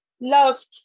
loved